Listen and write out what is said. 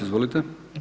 Izvolite.